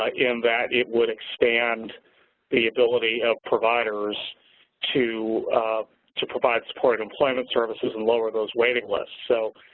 like in that it would expand the ability of providers to to provide supported employment services and lower those waiting lists. so,